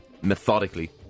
methodically